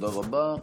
תודה רבה.